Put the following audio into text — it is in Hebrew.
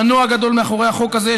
מנוע גדול מאחורי החוק הזה,